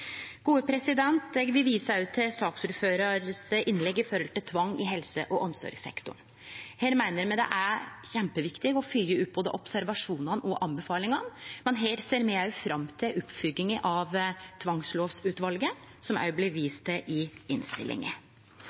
Eg vil òg vise til saksordføraren sitt innlegg om tvang i helse- og omsorgssektoren. Her meiner me det er kjempeviktig å følgje opp både observasjonane og anbefalingane, og me ser fram til oppfølginga av tvangslovutvalet, som òg blir vist til i innstillinga.